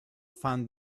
found